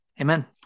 Amen